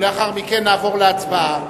ולאחר מכן נעבור להצבעה.